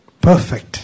perfect